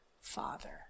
Father